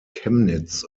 chemnitz